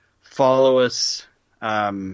follow-us